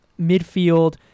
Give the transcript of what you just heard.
midfield